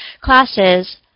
classes